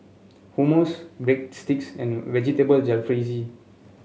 Hummus Breadsticks and Vegetable Jalfrezi